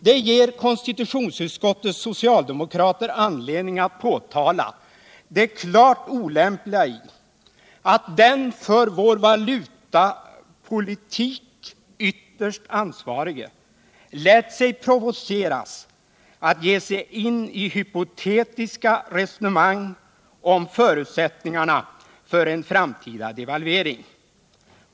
Det ger konstitutionsutskottets socialdemokrater anledning att påtala det klart olämpliga i att den för vår valutapolitik ytterst ansvarige lät sig provoceras att ge sig in i hypotetiska resonemang om förutsättningarna för en framtida devalvering.